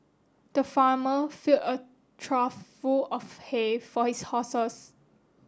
the farmer filled a trough full of hay for his horses